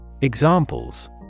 Examples